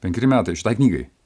penkeri metai šitai knygai